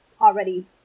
already